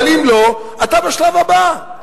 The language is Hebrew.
אבל אם לא, אתה בשלב הבא,